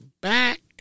back